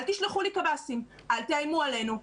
אל תשלחו לי קב"סים, אל תאיימו עלינו.